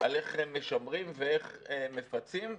על איך משמרים ואיך מפצים.